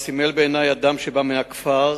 סימל בעיני אדם שבא מהכפר,